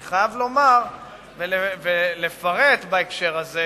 אני חייב לומר ולפרט בהקשר הזה,